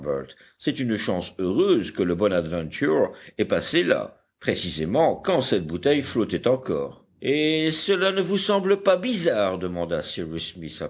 c'est une chance heureuse que le bonadventure ait passé là précisément quand cette bouteille flottait encore et cela ne vous semble pas bizarre demanda